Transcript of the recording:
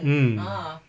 mm